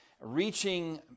reaching